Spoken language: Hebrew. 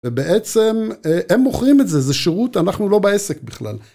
ובעצם הם מוכרים את זה, זה שירות, אנחנו לא בעסק בכלל.